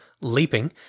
leaping